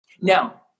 Now